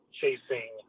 chasing